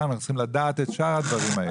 אנחנו צריכים לדעת את שאר הדברים האלה.